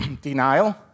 denial